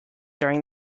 during